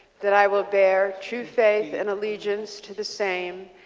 that i will bear true faith in allegiance to the same,